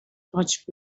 project